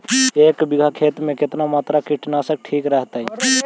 एक बीघा खेत में कितना मात्रा कीटनाशक के ठिक रहतय?